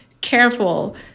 careful